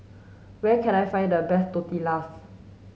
where can I find the best Tortillas